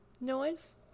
noise